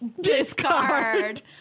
Discard